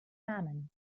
namen